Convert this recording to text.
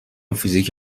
فیزیک